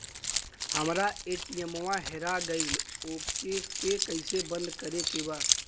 हमरा ए.टी.एम वा हेरा गइल ओ के के कैसे बंद करे के बा?